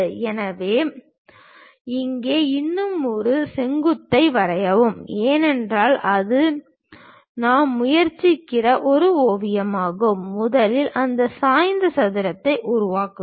எனவே இங்கே இன்னும் ஒரு செங்குத்தை வரையவும் ஏனென்றால் அது நாம் முயற்சிக்கிற ஒரு ஓவியமாகும் முதலில் அந்த சாய்ந்த சதுரத்தை உருவாக்குங்கள்